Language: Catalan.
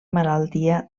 malaltia